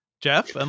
Jeff